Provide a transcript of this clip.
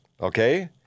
okay